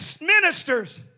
ministers